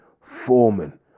Foreman